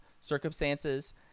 circumstances